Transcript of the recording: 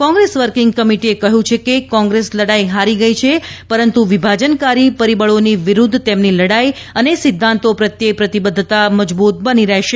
Congress working કમિટીએ કહ્યું છે કે કોંગ્રેસ લડાઇ હારી ગઇ છે પરંતુ વિભાજનકારી પરિબળોની વિરૂદ્ધ તેમની લડાઇ અને સિદ્ધાંતો પ્રત્યે પ્રતિબદ્ધતા મજબૂત બની રહેશે